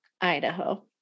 Idaho